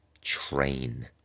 train